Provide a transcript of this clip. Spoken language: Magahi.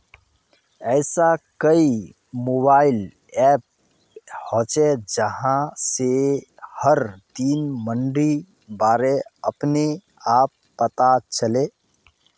ऐसा कोई मोबाईल ऐप होचे जहा से हर दिन मंडीर बारे अपने आप पता चले?